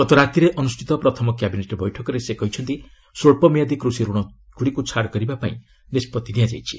ଗତ ରାତିରେ ଅନୁଷ୍ଠିତ ପ୍ରଥମ କ୍ୟାବିନେଟ୍ ବୈଠକରେ ସେ କହିଛନ୍ତି ସ୍ୱଚ୍ଚମିଆଦି କୃଷି ଋଣ ଗୁଡ଼ିକୁ ଛାଡ କରିବା ପାଇଁ ନିଷ୍ପଭି ନିଆଯାଇଛି